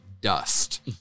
dust